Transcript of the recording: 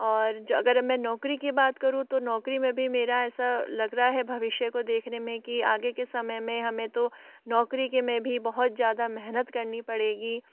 और अगर मैं नौकरी की बात करूं तो नौकरी में भी मेरा ऐसा लग रहा है भविष्य को देखने में कि आगे के समय में हमें तो नौकरी के में भी बहुत ज़्यादा महनत करनी पड़ेगी